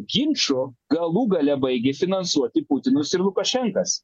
ginčų galų gale baigė finansuoti putinus ir lukašenkas